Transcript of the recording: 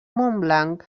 montblanc